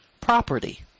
property